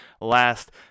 last